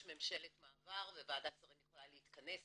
יש ממשלת מעבר וועדת שרים יכולה להתכנס,